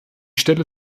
stelle